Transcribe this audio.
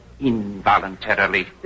involuntarily